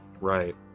right